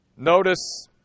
Notice